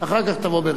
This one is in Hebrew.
אחד נגד,